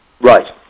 Right